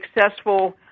successful